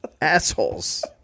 assholes